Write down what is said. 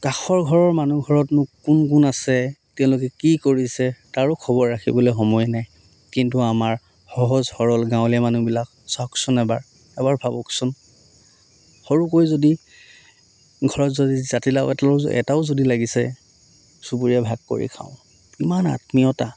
কাষৰ ঘৰৰ মানুহ ঘৰতনো কোন কোন আছে তেওঁলোকে কি কৰিছে তাৰো খবৰ ৰাখিবলৈ সময় নাই কিন্তু আমাৰ সহজ সৰল গাঁৱলীয়া মানুহবিলাক চাওকচোন এবাৰ এবাৰ ভাবকচোন সৰুকৈ যদি ঘৰত যদি জাতিলাও এটা লৈ এটাও যদি লাগিছে চুবুৰীয়াই ভাগ কৰি খাওঁ ইমান আত্মীয়তা